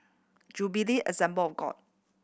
Jubilee Assembly of God